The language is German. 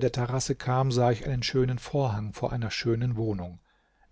der terrasse kam sah ich einen schönen vorhang vor einer schönen wohnung